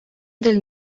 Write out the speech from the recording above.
del